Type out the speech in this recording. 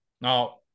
Now